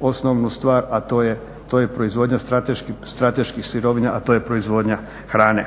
osnovnu stvar, a to je proizvodnja strateških sirovina, a to je proizvodnja hrane.